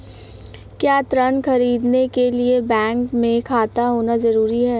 क्या ऋण ख़रीदने के लिए बैंक में खाता होना जरूरी है?